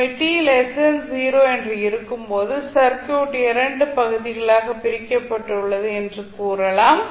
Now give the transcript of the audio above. எனவே t 0 என்று இருக்கும் போது சர்க்யூட் 2 பகுதிகளாக பிரிக்கப்பட்டுள்ளது என்று கூறலாம்